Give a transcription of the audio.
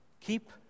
keep